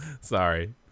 Sorry